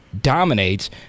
dominates